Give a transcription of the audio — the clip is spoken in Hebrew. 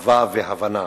אהבה והבנה.